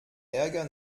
ärger